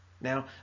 Now